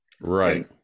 Right